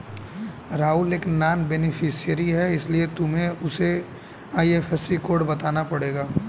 राहुल एक non beneficiary है इसीलिए तुम्हें उसे आई.एफ.एस.सी कोड बताना पड़ेगा